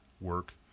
work